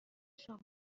شما